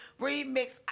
remix